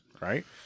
right